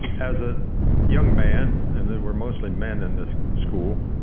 as a young man, and there were mostly men in this school,